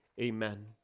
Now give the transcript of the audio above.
Amen